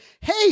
hey